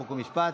חוק ומשפט,